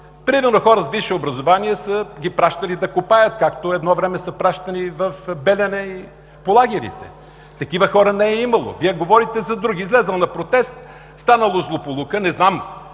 примерно хора с висше образование са ги пращали да копаят, както едно време са пращани в Белене и по лагерите. Такива хора не е имало – Вие говорите за други. Излязъл на протест, станала злополука, не знам